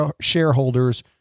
shareholders